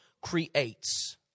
creates